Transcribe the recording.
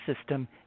system